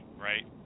right